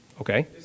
Okay